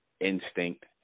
instinct